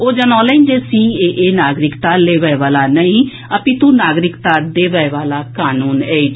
ओ जनौलनि जे सीएए नागरिकता लेबए वला नहि अपितु नागरिकता देबए वला कानून अछि